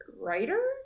Writer